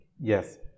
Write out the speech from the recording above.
Yes